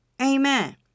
Amen